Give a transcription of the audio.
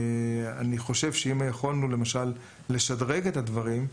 אני חושב שאם יכולנו למשל לשדרג את הדברים,